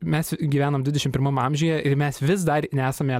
mes gyvenam dvidešim pirmam amžiuje ir mes vis dar nesame